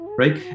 right